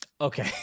Okay